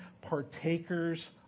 partakers